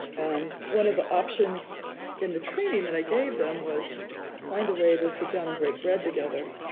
and one of the options in the training that i gave them was find a way to sit down and break bread together.